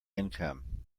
income